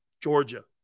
Georgia